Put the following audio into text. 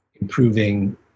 improving